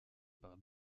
par